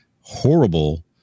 horrible